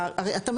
כבר היום,